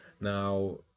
now